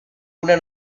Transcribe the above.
una